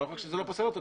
לא רק שזה לא פוסל אותו,